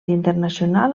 internacional